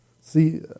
See